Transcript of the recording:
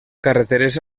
carreteres